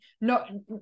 No